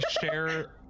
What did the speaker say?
share